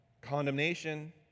Condemnation